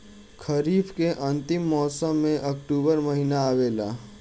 खरीफ़ के अंतिम मौसम में अक्टूबर महीना आवेला?